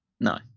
No